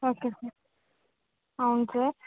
okay sir అవును sir